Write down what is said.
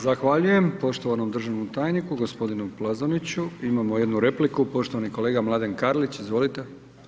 Zahvaljujem poštovanom državnom tajniku, gospodinu Plazoniću, imamo jednu repliku, poštovani kolega Mladen Karlić, izvolite.